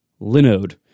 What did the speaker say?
linode